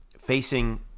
facing